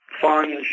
fun